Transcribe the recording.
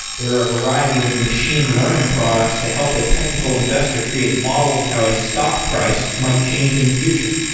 there are a variety of machine learning products to help a technical investor create models of how a stock price might change in the future.